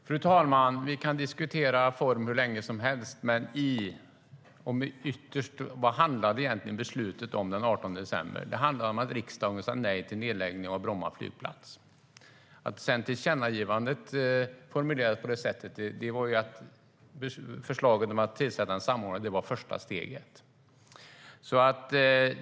Fru talman! Vi kan diskutera form hur länge som helst, men vad handlade egentligen beslutet den 18 december om? Det handlade om att riksdagen sa nej till nedläggningen av Bromma flygplats. Att tillkännagivandet sedan formulerades som ett förslag om att tillsätta en samordnare var första steget.